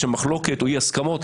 בשל מחלוקת או אי-הסכמות.